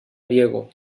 diego